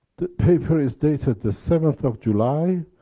the paper is dated the seventh of july.